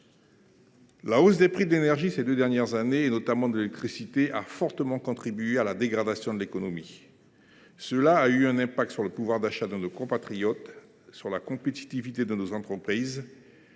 La hausse des prix de l’énergie ces deux dernières années, notamment de l’électricité, a fortement contribué à la dégradation de l’économie ; elle a eu un impact sur le pouvoir d’achat de nos compatriotes, sur la compétitivité de nos entreprises